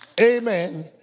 Amen